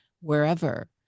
wherever